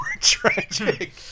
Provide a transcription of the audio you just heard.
tragic